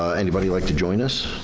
ah anybody like to join us,